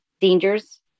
dangers